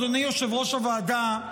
אדוני יושב-ראש הוועדה,